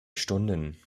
stunden